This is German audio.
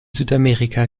südamerika